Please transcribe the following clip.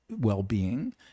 well-being